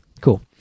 cool